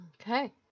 Okay